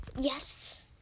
Yes